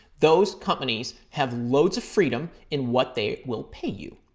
those companies have loads of freedom in what they will pay you.